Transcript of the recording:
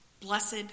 Blessed